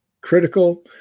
critical